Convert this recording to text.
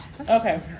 okay